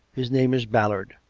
his name is ballard.